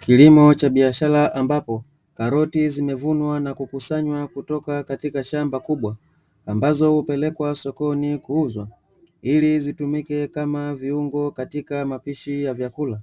Kilimo cha biashara ambapo karoti zimevunwa na kukusanywa kutoka katika shamba kubwa, ambazo hupelekwa sokoni kuuzwa, ili zitumike kama viungo katika mapishi ya vyakula,